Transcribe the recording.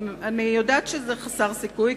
אני יודעת שבקשתי מכם להצביע נגד החוק היא חסרת סיכוי,